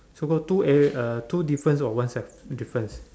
so got two area uh two difference or one sep~ difference